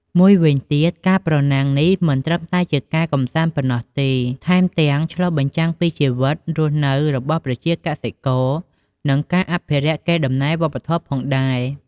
មួយវិញទៀតការប្រណាំងនេះមិនត្រឹមតែជាការកម្សាន្តប៉ុណ្ណោះទេ ថែមទាំងឆ្លុះបញ្ចាំងពីជីវិតរស់នៅរបស់ប្រជាកសិករ និងការអភិរក្សកេរដំណែលវប្បធម៌ផងដែរ។